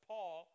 Paul